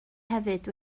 hefyd